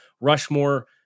Rushmore